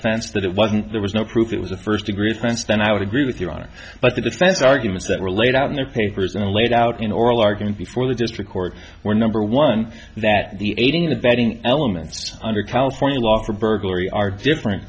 offense that it wasn't there was no proof it was a first degree offense then i would agree with your honor but the defense arguments that were laid out in the papers and laid out in oral argument before the district court were number one that the aiding and abetting elements under california law for burglary are different